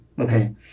Okay